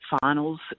finals